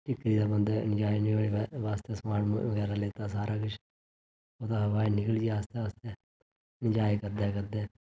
टिक्करी दा बंदे इंजाय उन्जुए वास्ते समान बगैरा लेता सारा किश ओहदे बाद निकली ग आस्तै आस्तै इंजाय करदे करदे